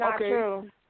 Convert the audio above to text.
okay